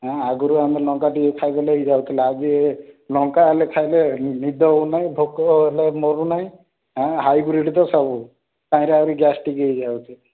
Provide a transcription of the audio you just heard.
ହଁ ଆଗରୁ ଆମ ଲଙ୍କା ଟିକେ ଖାଇଦେଲେ ହେଇ ଯାଉଥିଲା ଆଜି ଲଙ୍କା ହେଲେ ଖାଇଲେ ନି ନିଦ ହଉନାଇଁ ଭୋକ ହେଲେ ମରୁନାଇଁ ହାଁ ହାଇବ୍ରୀଡ଼୍ ତ ସବୁ ତହିଁରେ ଆହୁରି ଗ୍ୟାସ୍ଟ୍ରିକ୍ ହେଇଯାଉଛି